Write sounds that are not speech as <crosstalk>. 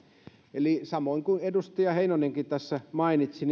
eli samoin kuin edustaja heinonenkin tässä mainitsi <unintelligible>